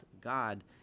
God